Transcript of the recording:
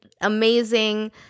amazing